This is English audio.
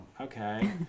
okay